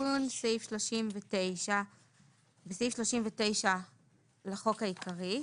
תיקון סעיף 39 23. בסעיף 39 לחוק העיקרי,